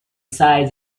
size